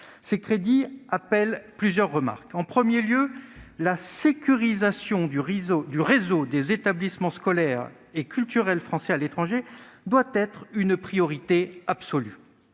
sont dédiés appellent plusieurs remarques. Tout d'abord, la sécurisation du réseau des établissements scolaires et culturels français à l'étranger doit être une priorité absolue.